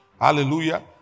Hallelujah